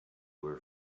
were